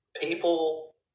people